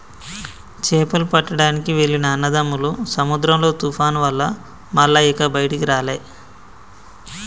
చేపలు పట్టడానికి వెళ్లిన అన్నదమ్ములు సముద్రంలో తుఫాను వల్ల మల్ల ఇక బయటికి రాలే